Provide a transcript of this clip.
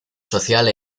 social